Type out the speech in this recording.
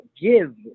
Give